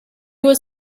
was